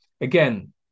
again